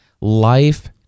life